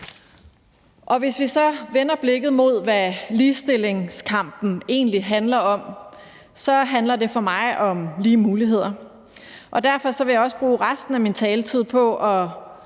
Hvis vi så vender blikket mod, hvad ligestillingskampen egentlig handler om, handler det for mig om lige muligheder. Derfor vil jeg også bruge resten af min taletid på at